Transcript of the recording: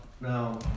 now